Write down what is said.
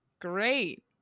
Great